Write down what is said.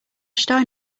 should